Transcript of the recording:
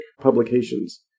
Publications